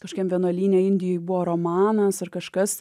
kažkam vienuolyne indijoj buvo romanas ar kažkas